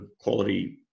quality